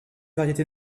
variétés